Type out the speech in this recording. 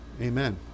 amen